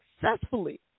successfully